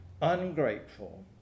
ungrateful